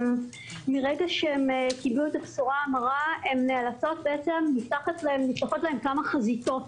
מרגע שהן קיבלו את הבשורה המרה נפתחות להן כמה חזיתות.